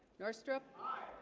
north strip